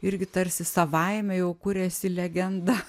irgi tarsi savaime jau kuriasi legenda